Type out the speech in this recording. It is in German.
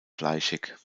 fleischig